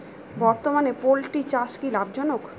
বর্তমানে পোলট্রি চাষ কি লাভজনক?